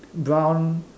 brown